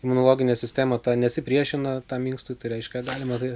imunologinė sistema ta nesipriešina tam inkstui tai reiškia galima da